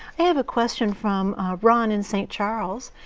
i have a question from ron in st. charles.